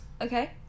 Okay